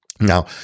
Now